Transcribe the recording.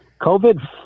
COVID